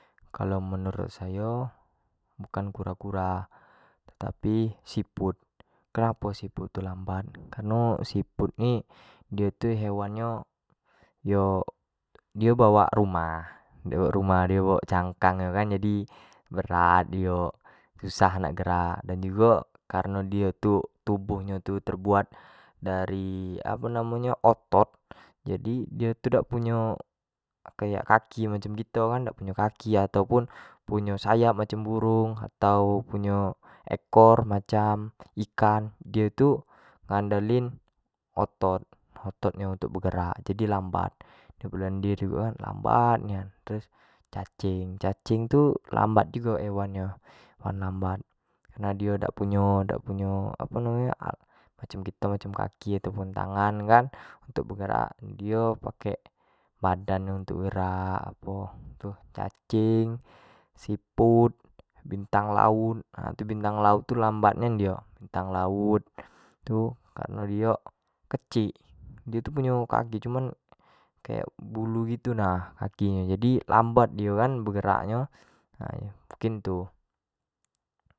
Kalau menurut sayo bukan kura-kura tapi siput, kenapo siput tu lambat kareno siput tu hewan nyo yo, dio bawak rumah, dio bawak cangkang nyo kan jadi berat dio susah nak gerak dan jugo tubuh nyo tu terbuat dari apo namo nyo otot jadi dio tu dak punyo kayak punyo kaki macam kito itu kan, punyo sayap macam burung, atau punyo ekor macam ikan dio tu ngandalin otot, oto nyo untuk begerak jadi lambat, di belendir jugo kan, lambat nian, terus cacing, cacing tu lambat jugo hewan nyo, hewan lambta kareno dio dak punyo-dak punyo apo anu nyo, macam kito punyo kaki atau pun tangan kan, untuk begerak, dio pakek badan nyo untuk begerak apo itu, cacing, siput bintang laut, itu bintang laut tu lambat nian dio, tu kareno dio kecik, dio tu punyo kaki tapi kayak bulu gitu nah kaki nyo, jadi lamba gitu jadi nyo, mungkin itu.